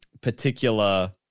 particular